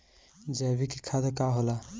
जैवीक खाद का होला?